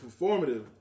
performative